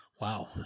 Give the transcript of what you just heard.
wow